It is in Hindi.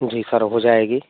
जी सर हो जाएगी